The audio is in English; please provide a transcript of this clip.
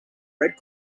red